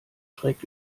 schreck